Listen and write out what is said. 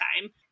time